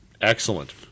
Excellent